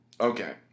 Okay